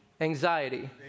anxiety